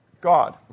God